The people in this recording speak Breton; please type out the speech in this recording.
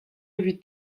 evit